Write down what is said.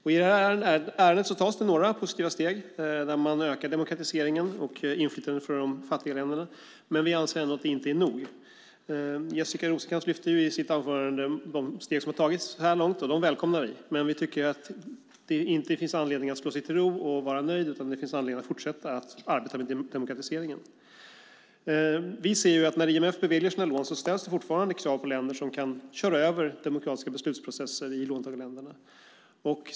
I det här ärendet tas det några positiva steg där man ökar demokratiseringen och inflytandet från de fattiga länderna, men vi anser ändå att det inte är nog. Jessica Rosencrantz lyfte i sitt anförande upp de steg som har tagit så här långt. Vi välkomnar dem, men vi tycker inte att det finns anledning att slå sig till ro och vara nöjd, utan det finns anledning att fortsätta att arbeta med demokratiseringen. När IMF beviljar sina lån ställs det fortfarande krav som kan köra över demokratiska beslutsprocesser i låntagarländerna.